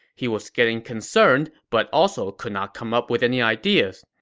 he was getting concerned but also couldn't ah come up with any ideas.